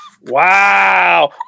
Wow